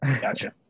Gotcha